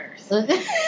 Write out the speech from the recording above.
first